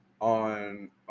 on